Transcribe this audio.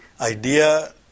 idea